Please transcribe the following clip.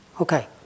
Okay